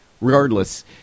Regardless